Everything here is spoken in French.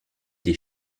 des